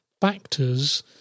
factors